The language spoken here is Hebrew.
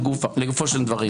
לגופם של דברים.